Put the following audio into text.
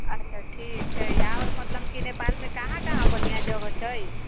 अच्छा ठीक छै आओर मतलब कि नेपालमे कहाँ कहाँ बढ़िआँ जगह छै